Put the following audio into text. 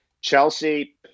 Chelsea